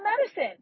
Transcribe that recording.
medicine